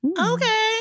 Okay